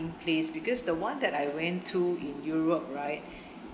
place because the one that I went to in europe right